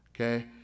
Okay